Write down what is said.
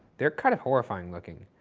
they're kind of horrifying looking.